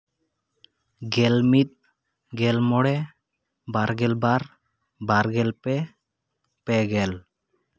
ᱜᱮᱞᱢᱤᱫ ᱜᱮᱞᱢᱚᱬᱮ ᱵᱟᱨᱜᱮᱞ ᱵᱟᱨ ᱵᱟᱨᱜᱮᱞ ᱯᱮ ᱯᱮᱜᱮᱞ